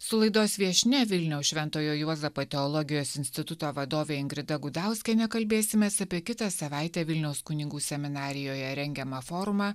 su laidos viešnia vilniaus šventojo juozapo teologijos instituto vadove ingrida gudauskiene kalbėsimės apie kitą savaitę vilniaus kunigų seminarijoje rengiamą forumą